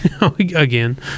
again